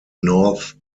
north